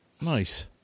Nice